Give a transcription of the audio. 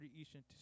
Eastern